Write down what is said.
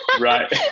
Right